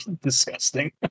Disgusting